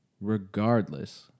regardless